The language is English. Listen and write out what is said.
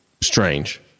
strange